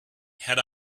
had